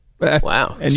Wow